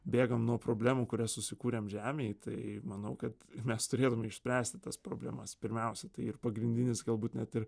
bėgam nuo problemų kurias susikūrėm žemėj tai manau kad mes turėtume išspręsti tas problemas pirmiausia tai ir pagrindinis galbūt net ir